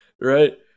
Right